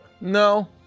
No